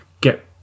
get